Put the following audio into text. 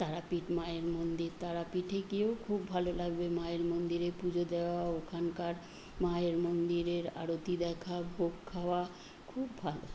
তারাপীঠ মায়ের মন্দির তারাপীঠে গিয়েও খুব ভালো লাগবে মায়ের মন্দিরে পুজো দেওয়া ওখানকার মায়ের মন্দিরের আরতি দেখা ভোগ খাওয়া খুব ভালো